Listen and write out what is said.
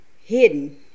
hidden